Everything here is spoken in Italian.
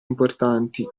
importanti